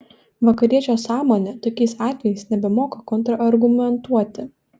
vakariečio sąmonė tokiais atvejais nebemoka kontrargumentuoti